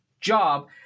job